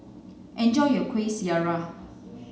enjoy your Kuih Syara